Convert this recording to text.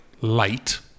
light